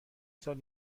سال